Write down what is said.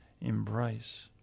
embrace